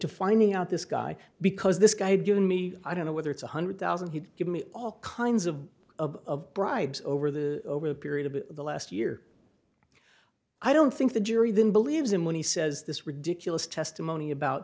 finding out this guy because this guy had given me i don't know whether it's one hundred thousand he'd give me all kinds of of bribes over the over the period of the last year i don't think the jury then believes him when he says this ridiculous testimony about